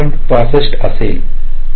65 असेल